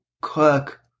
Cook